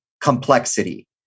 complexity